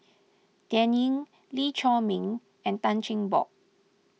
Dan Ying Lee Chiaw Meng and Tan Cheng Bock